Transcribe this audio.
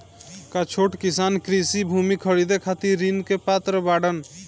का छोट किसान कृषि भूमि खरीदे खातिर ऋण के पात्र बाडन?